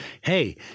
hey